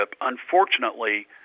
unfortunately